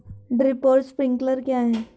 Drip और sprinkler क्या हैं?